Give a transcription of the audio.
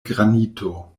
granito